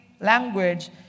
language